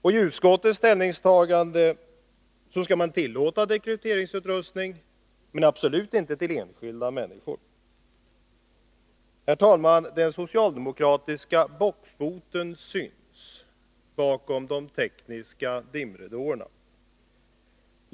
I utskottets betänkande föreslås att man skall tillåta dekrypteringsutrustning, men absolut inte när det gäller enskilda människor. Herr talman! Den socialdemokratiska bockfoten syns bakom de tekniska dimridåerna.